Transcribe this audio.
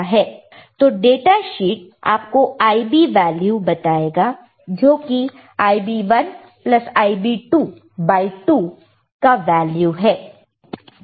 तो data sheet आपको Ib value बताएगा जोकि Ib1Ib22 का वैल्यू है